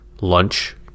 lunch